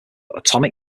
entitled